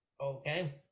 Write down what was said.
okay